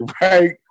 right